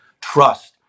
trust